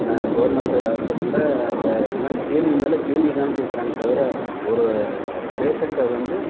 government ஹாஸ்பெட்டலை அந்த எல்லாம் கேள்வி மேலே கேள்விதான் கேட்குறாங்க தவிர ஒரு பேஷண்ட்டை வந்து